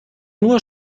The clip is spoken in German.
nur